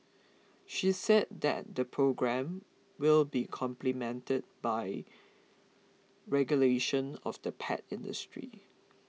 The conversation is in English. she said that the programme will be complemented by regulation of the pet industry